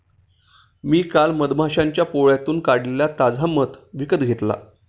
मी काल मधमाश्यांच्या पोळ्यातून काढलेला ताजा मध विकत घेतला